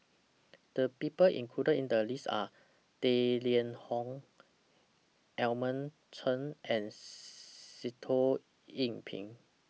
The People included in The list Are Tang Liang Hong Edmund Chen and Sitoh Yih Pin